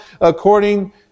according